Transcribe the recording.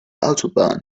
autobahn